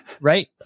right